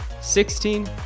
sixteen